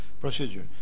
procedure